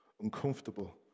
uncomfortable